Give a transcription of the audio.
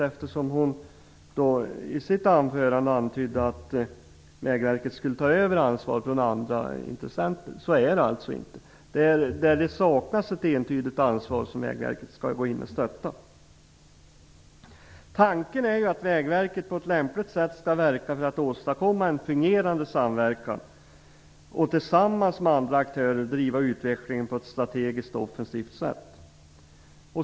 Hon antydde ju i sitt anförande att Vägverket skulle ta över ansvaret från andra intressenter. Så är det alltså inte. Det är där det saknas ett entydigt ansvar som Vägverket skall gå in och stötta. Tanken är att Vägverket på lämpligt sätt skall verka för att en fungerande samverkan åstadkoms. Tillsammans med andra aktörer skall man driva utvecklingen på ett strategiskt och offensivt sätt.